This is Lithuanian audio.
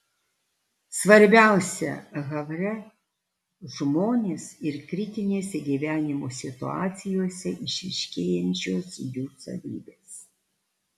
svarbiausia havre žmonės ir kritinėse gyvenimo situacijose išryškėjančios jų savybės